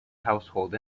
household